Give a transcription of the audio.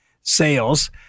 sales